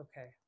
Okay